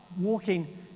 walking